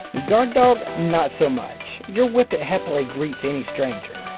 guard dog? not so much. your whippet happily greets any stranger.